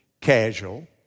casual